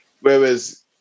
Whereas